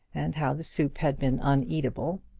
and how the soup had been uneatable.